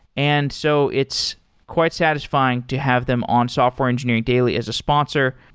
and so it's quite satisfying to have them on software engineering daily as a sponsor.